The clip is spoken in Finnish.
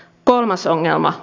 kolmas ongelma